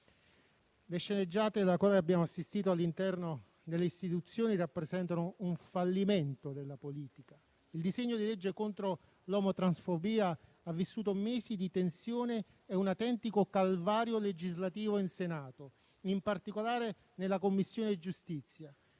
Le sceneggiate alle quali abbiamo assistito all'interno delle istituzioni rappresentano un fallimento della politica. Il disegno di legge contro l'omotransfobia ha vissuto mesi di tensione e un autentico calvario legislativo in Senato, in particolare nella Commissione giustizia.